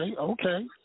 okay